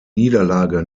niederlage